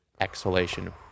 exhalation